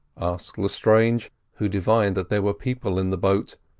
asked lestrange, who divined that there were people in the boat,